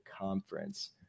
conference